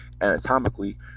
anatomically